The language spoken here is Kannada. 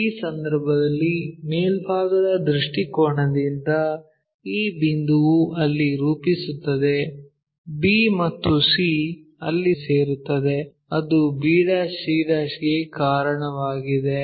ಈ ಸಂದರ್ಭದಲ್ಲಿ ಮೇಲ್ಭಾಗದ ದೃಷ್ಟಿಕೋನದಿಂದ ಈ ಬಿಂದುವು ಅಲ್ಲಿ ರೂಪಿಸುತ್ತದೆ b ಮತ್ತು c ಅಲ್ಲಿ ಸೇರುತ್ತದೆ ಅದು b c ಗೆ ಕಾರಣವಾಗಿದೆ